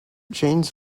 jane